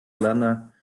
lenna